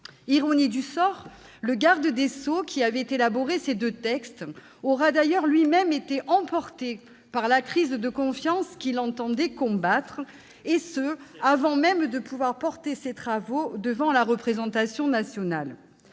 Ironie du sort, le garde des sceaux qui avait élaboré ces deux textes aura d'ailleurs lui-même été emporté par la « crise de confiance » qu'il entendait combattre, et ce, avant même de pouvoir présenter ses travaux devant la représentation nationale